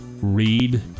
Read